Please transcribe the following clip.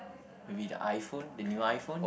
maybe the iPhone the new iPhone